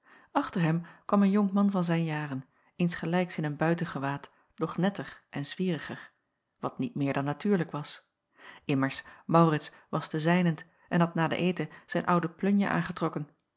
achter hem kwam een jonkman van zijn jaren insgelijks in een buitengewaad doch netter en zwieriger wat niet meer dan natuurlijk was immers maurits was te zijnent en had na den eten zijn oude plunje aangetrokken